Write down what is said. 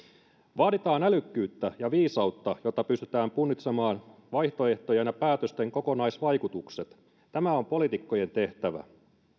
vaaditaan älykkyyttä ja viisautta jotta pystytään punnitsemaan vaihtoehtojen ja päätösten kokonaisvaikutukset tämä on poliitikkojen tehtävä